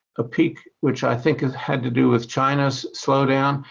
a peak which i think had to do with china's slowdown.